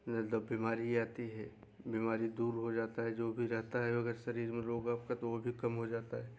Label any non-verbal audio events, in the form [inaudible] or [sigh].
[unintelligible] बीमारी आती है बीमारी दूर हो जाता है जो भी रहता है अगर शरीर में रोग आपका तो वो भी कम हो जाता है